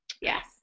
Yes